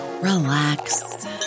relax